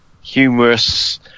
humorous